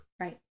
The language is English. Right